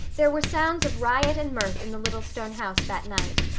there were sounds of riot and mirth in the little stone house that night.